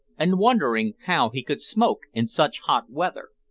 and wondering how he could smoke in such hot weather.